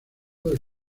del